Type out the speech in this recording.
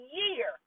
year